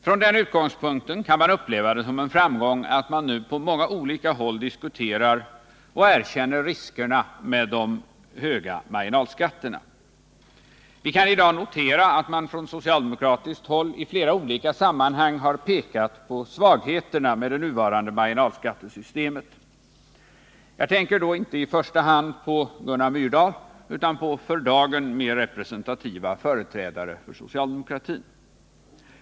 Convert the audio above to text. Från den utgångspunkten kan det upplevas som en framgång att man nu på många olika håll diskuterar och erkänner riskerna med de höga marginalskatterna. Vi kan i dag notera att man från socialdemokratiskt håll i flera olika sammanhang har pekat på svagheterna med det nuvarande marginalskattesystemet. Jag tänker då inte i första hand på Gunnar Myrdal utan på för dagen mer representativa företrädare för socialdemokratin.